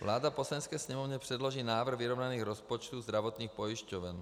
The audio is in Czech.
Vláda Poslanecké sněmovně předloží návrh vyrovnaných rozpočtů zdravotních pojišťoven.